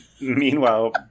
Meanwhile